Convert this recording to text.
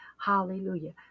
Hallelujah